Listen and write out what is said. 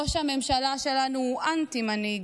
ראש הממשלה שלנו הוא אנטי-מנהיג.